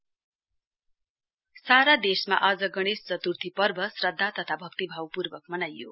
गणेश चतुर्थी सारा देशमा आज गणेश चतुर्थी पर्व श्रद्वा तथा भक्तिभावपूर्वक मनाइयो